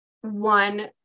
one